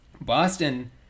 Boston